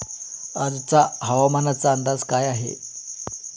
आजचा हवामानाचा अंदाज काय आहे?